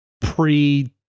pre